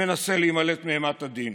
שמנסה להימלט מאימת הדין